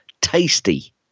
tasty